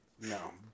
no